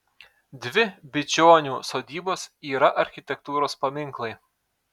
dvi bičionių sodybos yra architektūros paminklai